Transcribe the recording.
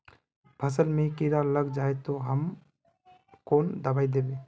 फसल में कीड़ा लग जाए ते, ते हम कौन दबाई दबे?